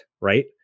right